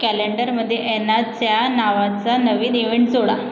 कॅलेंडरमध्ये ॲनाच्या नावाचा नवीन इवेंट जोडा